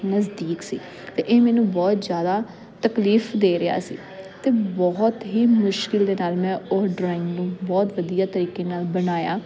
ਨਜ਼ਦੀਕ ਸੀ ਅਤੇ ਇਹ ਮੈਨੂੰ ਬਹੁਤ ਜ਼ਿਆਦਾ ਤਕਲੀਫ ਦੇ ਰਿਹਾ ਸੀ ਅਤੇ ਬਹੁਤ ਹੀ ਮੁਸ਼ਕਲ ਦੇ ਨਾਲ ਮੈਂ ਉਹ ਡਰਾਇੰਗ ਨੂੰ ਬਹੁਤ ਵਧੀਆ ਤਰੀਕੇ ਨਾਲ ਬਣਾਇਆ